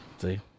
See